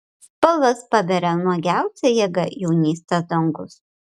spalvas paberia nuogiausia jėga jaunystės dangus